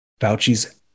Fauci's